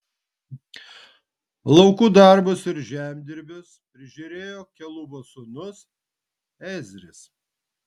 laukų darbus ir žemdirbius prižiūrėjo kelubo sūnus ezris